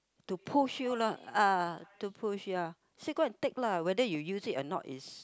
to push you lor ah to push ya so go and take lah whether you use it or not is